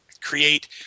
create